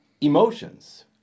Emotions